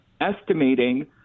estimating